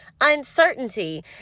uncertainty